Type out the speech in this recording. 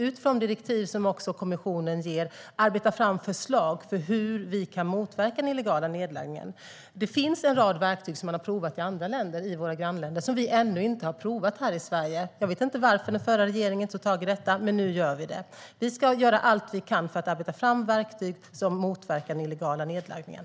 Utifrån de direktiv som kommissionen ger arbetar vi fram förslag för hur vi kan motverka den illegala nedladdningen. Det finns en rad verktyg som man har provat i våra grannländer som vi ännu inte har provat här i Sverige. Jag vet inte varför den förra regeringen inte tog tag i detta, men nu gör vi det. Vi ska göra allt vi kan för att arbeta fram verktyg som motverkar den illegala nedladdningen.